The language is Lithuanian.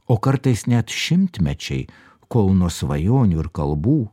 o kartais net šimtmečiai kol nuo svajonių ir kalbų